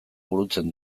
burutzen